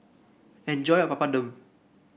enjoy your Papadum